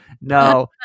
no